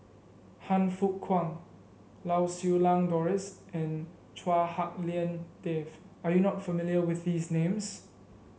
Han Fook Kwang Lau Siew Lang Doris and Chua Hak Lien Dave are you not familiar with these names